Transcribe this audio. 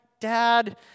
Dad